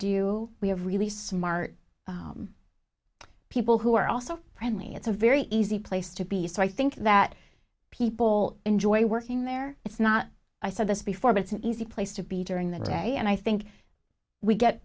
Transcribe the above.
do we have really smart people who are also friendly it's a very easy place to be so i think that people enjoy working there it's not i said this before but it's an easy place to be during the day and i think we get